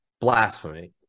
blasphemy